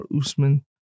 Usman